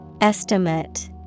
Estimate